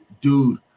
dude